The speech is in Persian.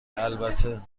البته